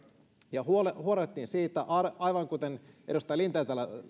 ja huolehdittiin siitä aivan kuten edustaja linden